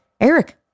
Eric